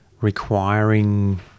requiring